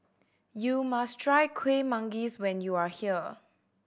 you must try Kuih Manggis when you are here